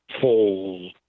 full